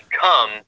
come